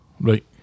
Right